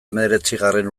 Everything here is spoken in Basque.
hemeretzigarren